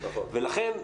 ולכן,